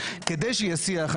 כדי שיהיה שיח,